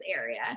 area